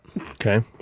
Okay